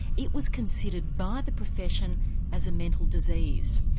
it was considered by the profession as a mental disease,